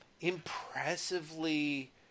impressively